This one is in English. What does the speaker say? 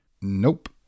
Nope